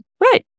Right